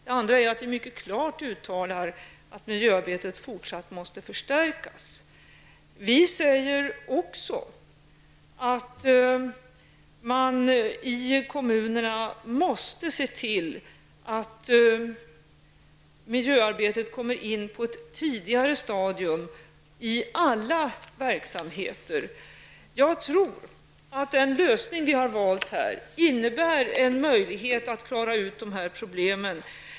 Vi uttalar också mycket klart att miljöarbetet fortsatt måste förstärkas. Vi säger också att man i kommunerna måste se till att miljöarbetet kommer in på ett tidigare stadium i alla verksamheter. Jag tror att den lösning som vi har valt innebär en möjlighet att lösa dessa problem.